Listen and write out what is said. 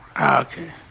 Okay